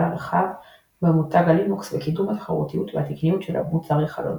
הרחב במותג הלינוקס וקידום התחרותיות והתקניות של מוצרי "חלונות".